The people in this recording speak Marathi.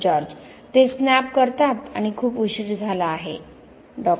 जॉर्ज ते स्नॅप करतात हसतात आणि खूप उशीर झाला आहे डॉ